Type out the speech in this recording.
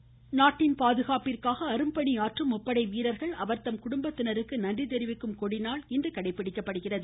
கொடிநாள் நாட்டின் பாதுகாப்பிற்காக அரும்பணி ஆற்றும் முப்படை வீரர்கள் அவர்தம் குடும்பத்தினருக்கு நன்றி தெரிவிக்கும் கொடிநாள் இன்று கடைபிடிக்கப்படுகிறது